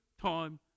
time